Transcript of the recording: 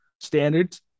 standards